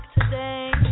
today